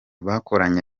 bakoranye